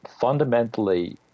fundamentally